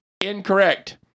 Incorrect